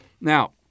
Now